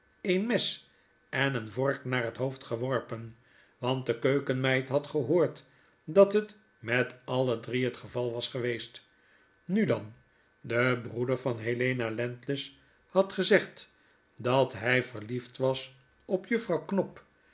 een mes en eene vork naar het hoofd geworpen want de keukenmeid had gehoord dat het met alle drie het geval was geweest nu dan de broeder van helena landless had gezegd dat hy verliefd was op juffrouw knop